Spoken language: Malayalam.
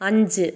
അഞ്ച്